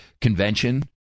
convention